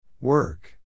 Work